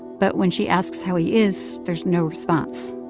but when she asks how he is, there's no response.